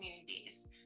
communities